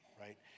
right